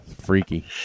Freaky